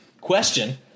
question